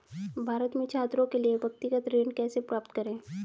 भारत में छात्रों के लिए व्यक्तिगत ऋण कैसे प्राप्त करें?